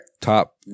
Top